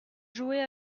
jouait